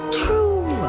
true